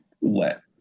let